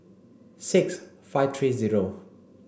six five three zero